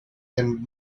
and